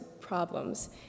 problems